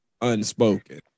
unspoken